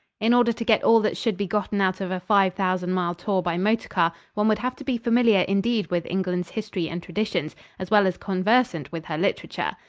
in order to get all that should be gotten out of a five-thousand-mile tour by motor car, one would have to be familiar indeed with england's history and traditions, as well as conversant with her literature.